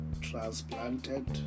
transplanted